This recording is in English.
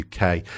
UK